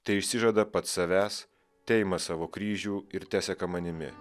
teišsižada pats savęs teima savo kryžių ir teseka manimi